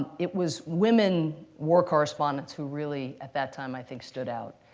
it was women war correspondents who really, at that time, i think, stood out,